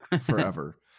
forever